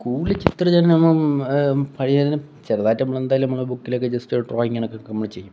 സ്കൂളിൽ ചിത്രരചന പരിചലനം ചെറുതായിട്ട് നമ്മൾ എന്തായാലും നമ്മളെ ബുക്കിലക്കെ ജസ്റ്റ് ഡ്രോയിങ്ങിനൊക്കെ നമ്മൾ ചെയ്യും